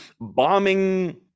bombing